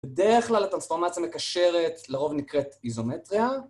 בדרך כלל הטרנספורמציה המקשרת לרוב נקראת איזומטריה.